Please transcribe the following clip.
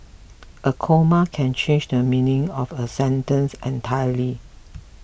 a comma can change the meaning of a sentence entirely